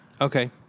Okay